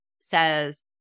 says